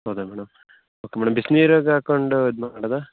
ಹೌದಾ madam okay madam ಬಿಸಿ ನೀರಿಗೆ ಹಾಕ್ಕೊಂಡು ಇದು ಮಾಡೋದ